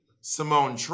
Simone